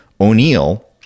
O'Neill